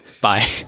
Bye